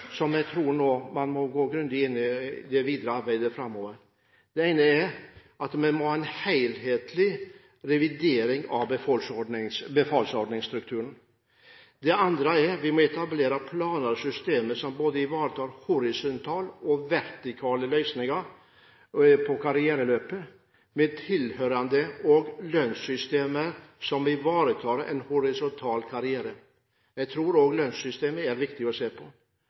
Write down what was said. som jeg tror man nå må gå grundig inn i i det videre arbeidet framover: Vi må ha en helhetlig revidering av befalsordningsstrukturen. Vi må etablere planer og systemer som både ivaretar horisontale og vertikale løsninger for karriereløpet, med tilhørende lønnssystemer som ivaretar en horisontal karriere. Jeg tror det er viktig også å se på